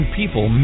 people